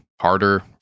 harder